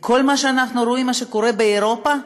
מכל מה שאנחנו רואים, מה שקורה באירופה,